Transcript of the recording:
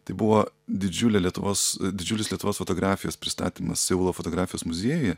tai buvo didžiulė lietuvos didžiulis lietuvos fotografijos pristatymas seulo fotografijos muziejuje